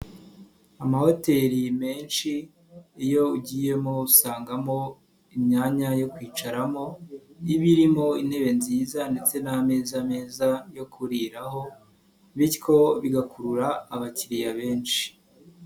Amahoteli menshi iyo ugiyemo usangamo imyanya yo kwicaramo iba irimo intebe nziza ndetse n'ameza meza yo kuriraho bityo bigakurura abakiriya benshi.